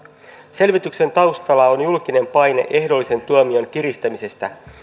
selvityksen taustalla on julkinen paine ehdollisen tuomion kiristämisestä